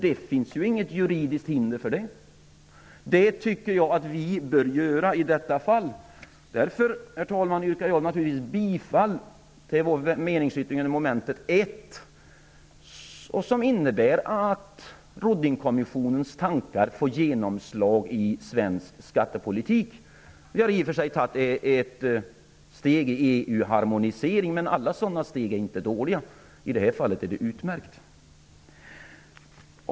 Det finns inget juridiskt hinder för det, och det tycker jag att vi bör göra i detta fall. Därför, herr talman, yrkar jag bifall till vår meningsyttring i mom. 1, som innebär att Ruddingkommissionens tankar får genomslag i svensk skattepolitik. I och för sig har vi då tagit ett steg mot EU-harmonisering, men alla sådana steg är inte dåliga. I det här fallet är det utmärkt.